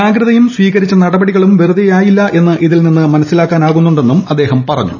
ജാഗ്രതയും സ്വീകരിച്ച നടപടികളും വെറുതെയായില്ല എന്ന് ഇതിൽനിന്ന് മനസ്സിലാക്കാനാകുമെന്നും അദ്ദേഹം പറഞ്ഞു